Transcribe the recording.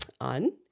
on